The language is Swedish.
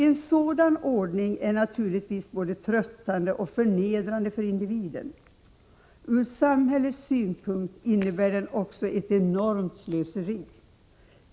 En sådan ordning är naturligtvis både tröttande och förnedrande för individen. Ur samhällets synpunkt innebär den också ett enormt slöseri.